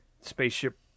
spaceship